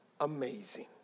amazing